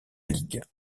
ligue